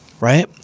right